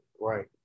right